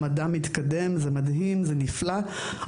המדע מתקדם וזה נפלא ומדהים,